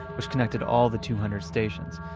which connected all the two hundred stations.